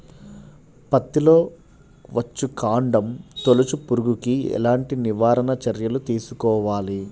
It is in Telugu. పత్తిలో వచ్చుకాండం తొలుచు పురుగుకి ఎలాంటి నివారణ చర్యలు తీసుకోవాలి?